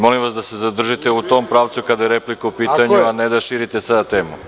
Molim vas da se zadržite u tom pravcu, kada je replika u pitanju, a ne da širite temu.